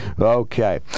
Okay